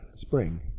spring